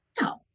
no